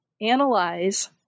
analyze